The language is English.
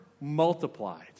multiplied